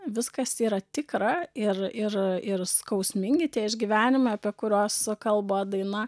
viskas yra tikra ir ir ir skausmingi tie išgyvenimai apie kuriuos kalba daina